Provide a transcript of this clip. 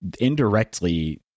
indirectly